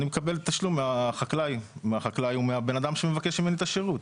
אני מקבל תשלום מהחקלאי או מהבן אדם שמבקש ממני את השירות.